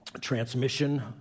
transmission